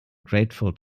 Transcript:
grateful